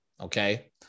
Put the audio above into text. Okay